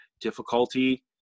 difficulty